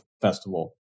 festival